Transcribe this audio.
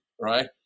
right